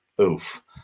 Oof